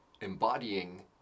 embodying